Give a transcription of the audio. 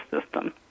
system